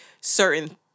certain